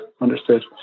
understood